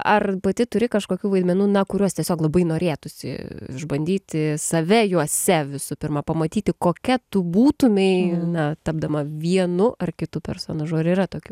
ar pati turi kažkokių vaidmenų kuriuos tiesiog labai norėtųsi išbandyti save juose visų pirma pamatyti kokia tu būtumei na tapdama vienu ar kitu personažu ar yra tokio